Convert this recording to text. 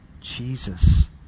Jesus